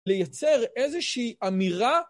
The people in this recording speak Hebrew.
לייצר איזושהי אמירה.